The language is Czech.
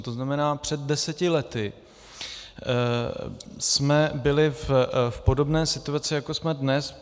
To znamená, před deseti lety jsme byli v podobné situaci, jako jsme dnes.